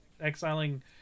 exiling